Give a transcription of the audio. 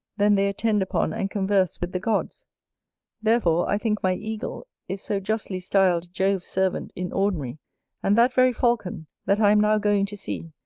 then they attend upon and converse with the gods therefore i think my eagle is so justly styled jove's servant in ordinary and that very falcon, that i am now going to see,